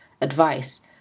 advice